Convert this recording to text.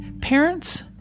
Parents